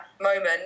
moment